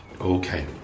Okay